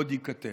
עוד ייכתב.